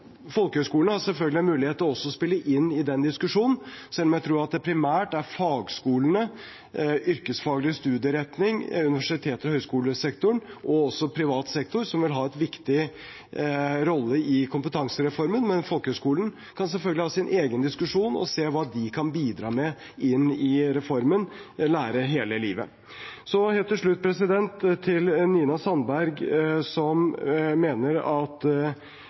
har selvfølgelig en mulighet til også å spille inn i den diskusjonen, selv om jeg vil tro at det primært er fagskolene, yrkesfaglig studieretning, universitets- og høyskolesektoren og også privat sektor som vil ha en viktig rolle i kompetansereformen. Men folkehøyskolene kan selvfølgelig ha sin egen diskusjon og se hva de kan bidra med inn i reformen Lære hele livet. Så helt til slutt til Nina Sandberg, som mener at